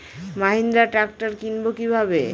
Mahindra tractor কিনবো কি ভাবে?